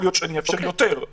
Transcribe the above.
אולי אאפשר יותר.